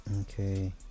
Okay